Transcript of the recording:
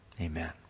Amen